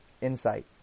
insight